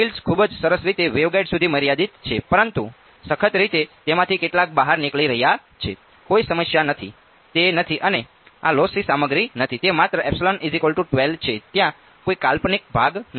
fields ખૂબ જ સરસ રીતે વેવગાઇડ સુધી મર્યાદિત છે પરંતુ સખત રીતે તેમાંથી કેટલાક બહાર નીકળી રહ્યા છે કોઈ સમસ્યા નથી તે નથી અને આ લોસ્સી સામગ્રી નથી તે માત્ર છે ત્યાં કોઈ કાલ્પનિક ભાગ નથી